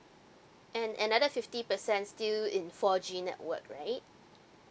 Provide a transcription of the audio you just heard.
and another fifty percent still in four G network right